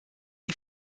die